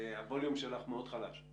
של הרשויות המקומיות קצת שונים משל